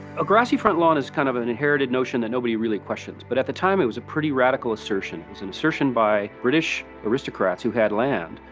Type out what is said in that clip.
a grassy front lawn is kind of an inherited notion that nobody really questions, but at the time, it was a pretty radical assertion. it's and assertion by british aristocrats who had land,